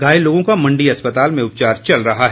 घायल लोगों का मण्डी अस्पताल में उपचार चल रहा है